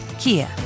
Kia